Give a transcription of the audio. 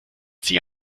sie